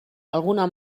alguna